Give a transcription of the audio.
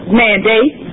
mandate